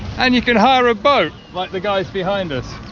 and you can hire a boat like the guys behind us.